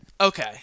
Okay